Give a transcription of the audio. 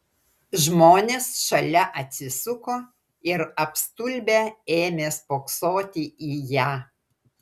žmonės šalia atsisuko ir apstulbę ėmė spoksoti į ją